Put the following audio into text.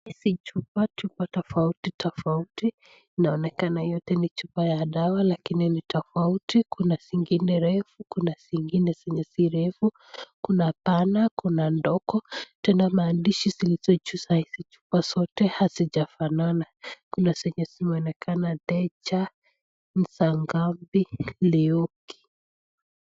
Hizi chupa chupa tofauti tofauti. Inaonekana yote ni chupa ya dawa lakini ni tofauti. Kuna zingine refu, kuna zingine zenye si refu. Kuna pana, kuna ndogo. Tena maandishi zilizojusa hizi chupa zote hazijafanana. Kuna zenye zimeonekana decha msangambi lioki.